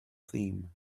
theme